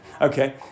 okay